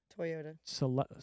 Toyota